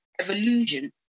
evolution